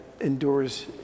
endures